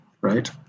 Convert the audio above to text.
right